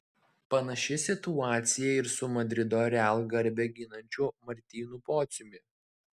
panaši situacija ir su madrido real garbę ginančiu martynu pociumi